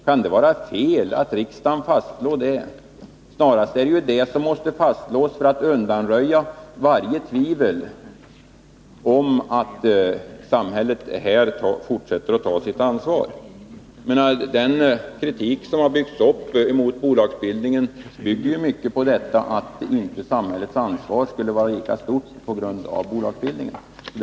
Kan det vara fel att riksdagen fastslår det? Snarare är det vad som måste fastslås för att undanröja varje tvivel om att samhället skall fortsätta att ta sitt ansvar. Den kritik som har rests mot bolagsbildningen bygger mycket på påståendet att samhällets ansvar inte skulle vara lika stort för en verksamhet som bedrivs i bolagsform.